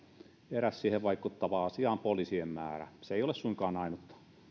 eräs siihen vaikuttava asia on poliisien määrä se ei ole suinkaan ainut